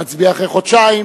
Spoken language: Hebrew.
נצביע אחרי חודשיים.